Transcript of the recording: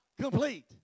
complete